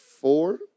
four